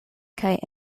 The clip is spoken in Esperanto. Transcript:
kaj